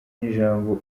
n’ijambo